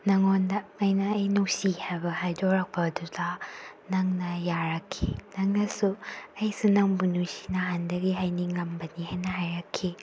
ꯅꯪꯉꯣꯟꯗ ꯑꯩꯅ ꯑꯩ ꯅꯨꯡꯁꯤ ꯍꯥꯏꯕ ꯍꯥꯏꯗꯣꯔꯛꯄ ꯑꯗꯨꯗ ꯅꯪꯅ ꯌꯥꯔꯛꯈꯤ ꯅꯪꯅꯁꯨ ꯑꯩꯁꯨ ꯅꯪꯕꯨ ꯅꯨꯡꯁꯤ ꯅꯍꯥꯟꯗꯒꯤ ꯍꯥꯏꯅꯤꯡꯉꯝꯕꯅꯤ ꯍꯥꯏꯅ ꯍꯥꯏꯔꯛꯈꯤ